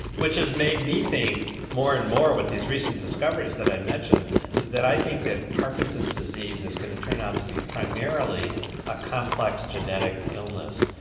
which has made me think more and more with these recent discoveries that i mentioned that i think parkinson's disease is going to turn out to be primarily a complex genetic illness.